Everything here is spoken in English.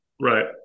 Right